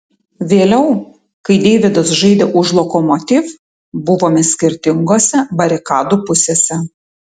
vėliau kai deividas žaidė už lokomotiv buvome skirtingose barikadų pusėse